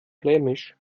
flämisch